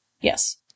Yes